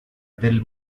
del